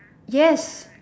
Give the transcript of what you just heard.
yes